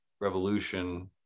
revolution